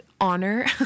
honor